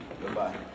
Goodbye